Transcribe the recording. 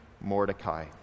Mordecai